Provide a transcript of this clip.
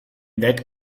that